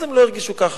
אז הם לא הרגישו ככה.